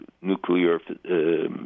nuclear